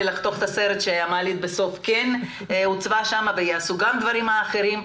לחתוך את הסרט כי בסוף הוצבה שם מעלית ויעשו גם דברים אחרים.